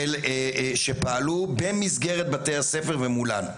הורים שפעלו במסגרת בתי הספר ומולם,